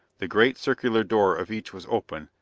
the great circular door of each was open,